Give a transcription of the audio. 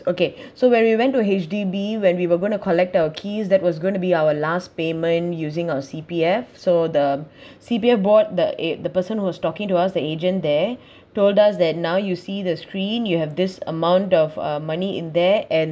okay so when we went to H_D_B when we were going to collect the keys that was gonna be our last payment using our C_P_F so the C_P_F board the aid the person who was talking to us the agent there told us that now you see the screen you have this amount of uh money in there and